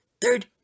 Third